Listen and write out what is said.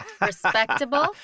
Respectable